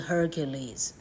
Hercules